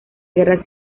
guerra